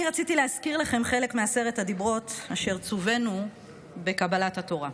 רציתי להזכיר לכם חלק מעשרת הדיברות אשר צווינו בקבלת התורה: